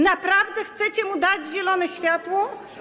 Naprawdę chcecie mu dać zielone światło?